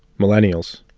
millennials,